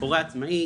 "הורה עצמאי",